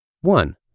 One